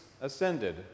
ascended